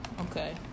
okay